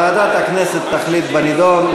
ועדת הכנסת תחליט בנדון.